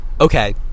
Okay